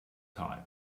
type